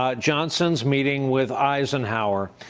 ah johnson meeting with eisenhower.